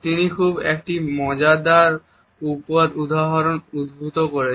তিনি খুব মজাদার একটি উদাহরণ উদ্ধৃত করেছেন